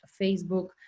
facebook